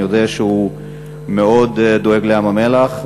אני יודע שהוא מאוד דואג לים-המלח,